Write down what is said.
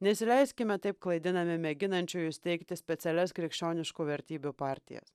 nesileiskime taip klaidinami mėginančiųjų steigti specialias krikščioniškų vertybių partijas